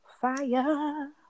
Fire